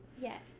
yes